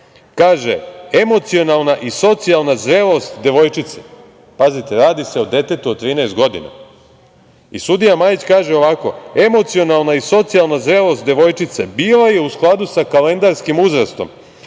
kaže: "Emocionalna i socijalna zrelost devojčice", pazite, radi se o detetu od 13 godina i sudija Majić kaže ovako: "Emocionalna i socijalna zrelost devojčice bila je u skladu sa kalendarskim uzrastom